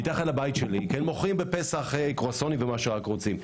מתחת לבית שלי מוכרים בפסח קרואסונים ומה שרק רוצים.